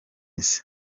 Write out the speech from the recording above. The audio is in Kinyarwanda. isi